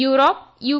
Europe U